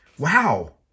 Wow